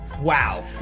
Wow